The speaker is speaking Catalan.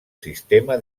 sistema